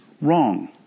wrong